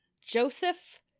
Joseph